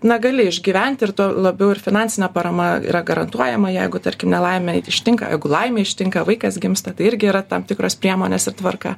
na gali išgyventi ir labiau ir finansinė parama yra garantuojama jeigu tarkim nelaimė ištinka jeigu laimė ištinka vaikas gimsta tai irgi yra tam tikros priemonės ir tvarka